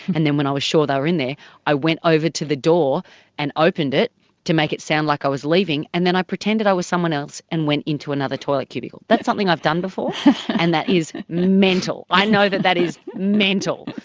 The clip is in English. and then when i was sure they were in there i went over to the door and opened it to make it sound like i was leaving, and then i pretended i was someone else and went into another toilet cubicle. that's something i've done before and that is mental. i know that that is mental.